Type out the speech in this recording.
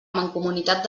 mancomunitat